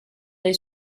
dai